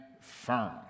firm